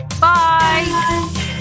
Bye